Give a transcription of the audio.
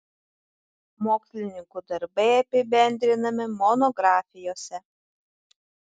mokslininkų darbai apibendrinami monografijose